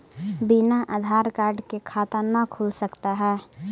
बिना आधार कार्ड के खाता न खुल सकता है?